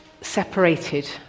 separated